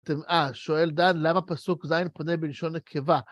שואל דן למה פסוק ז' פונה בלשון נקבה.